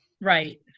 Right